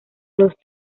los